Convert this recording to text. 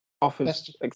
offers